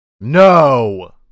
No